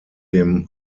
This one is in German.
dem